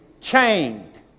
chained